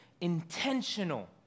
Intentional